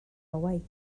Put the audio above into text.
hawaii